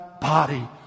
body